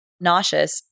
nauseous